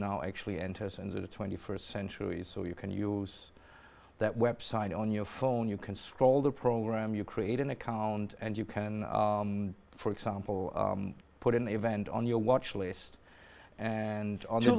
now actually enters into the twenty first century so you can use that website on your phone you can scroll the program you create an account and you can for example put an event on your watch list and i'll